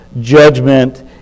judgment